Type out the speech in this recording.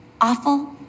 awful